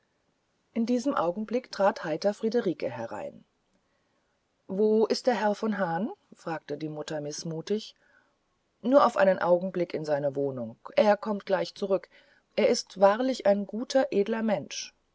in diesem augenblicke trat sehr heiter friederike herein wo ist der herr von hahn fragte die mutter mißmutig nur auf einen augenblick in seine wohnung er kommt sogleich zurück er ist wahrlich ein guter edler mensch